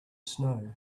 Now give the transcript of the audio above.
snow